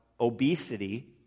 obesity